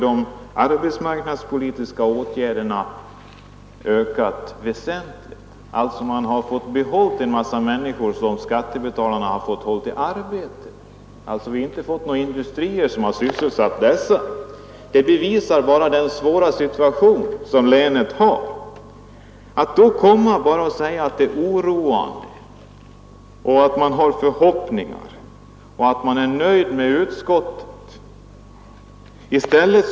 De arbetsmarknadspolitiska åtgärderna har ökat väsentligt, varigenom man fått behålla en massa människor, som skattebetalarna fått ge arbete. Men vi har inte fått några industrier som sysselsatt dessa människor. Detta bevisar bara den svåra situation som länet har. Att då komma och säga att ”det oroar”, att man har ”förhoppningar” och att ”man är nöjd med utskottet” är märkligt.